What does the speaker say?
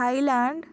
Thailand